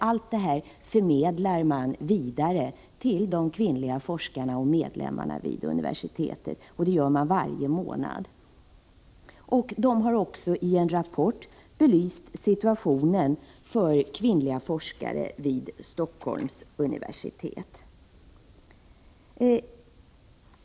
Allt detta förmedlar de vidare till de kvinnliga forskarna och medlemmarna vid universitetet. Det sker varje månad. De har också i en rapport belyst situationen för kvinnliga forskare vid Stockholms universitet.